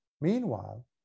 Meanwhile